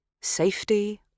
safety